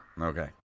Okay